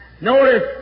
Notice